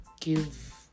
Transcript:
give